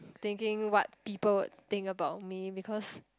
thinking what people think about me because